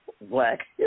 black